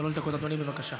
שלוש דקות, אדוני, בבקשה.